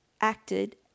acted